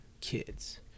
kids